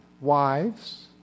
wives